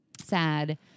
Sad